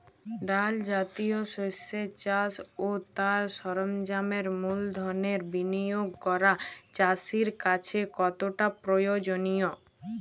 ডাল জাতীয় শস্যের চাষ ও তার সরঞ্জামের মূলধনের বিনিয়োগ করা চাষীর কাছে কতটা প্রয়োজনীয়?